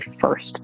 first